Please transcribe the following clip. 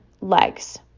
Legs